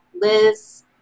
Liz